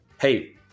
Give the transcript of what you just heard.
hey